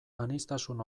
aniztasun